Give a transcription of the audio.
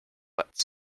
but